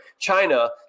China